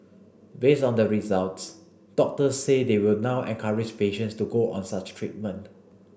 based on the results doctors say they will now encourage patients to go on such treatment